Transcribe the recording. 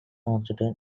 oxytocin